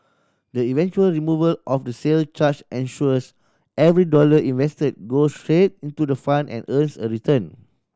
the eventual removal of the sale charge ensures every dollar invested goes straight into the fund and earns a return